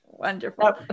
Wonderful